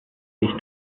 dich